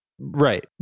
Right